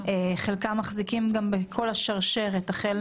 חלקם מחזיקים גם בכל השרשרת החל